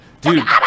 Dude